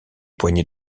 poignées